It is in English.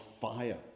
fire